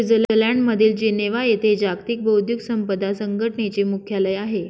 स्वित्झर्लंडमधील जिनेव्हा येथे जागतिक बौद्धिक संपदा संघटनेचे मुख्यालय आहे